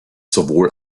sowohl